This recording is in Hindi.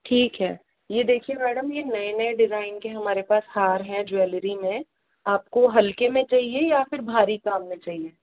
ठीक है यह देखिये मैडम ये नए नए डिज़ाईन के हमारे पास हार है ज्वेलरी में आपको हल्के में चाहिए या फिर भारी काम में चाहिए